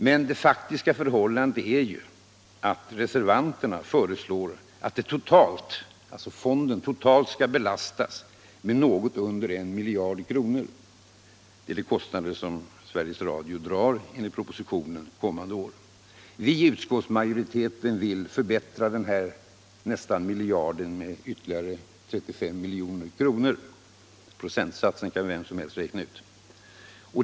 Men det faktiska förhållandet är att reservanterna föreslår att fon den totalt skall belastas med något under en miljard kronor - de kostnader som Sveriges Radio enligt propositionen drar kommande år. Vi i utskottsmajoriteten vill förbättra denna miljard med ytterligare 35 milj.kr. Procentsatsen kan vem som helst räkna ut.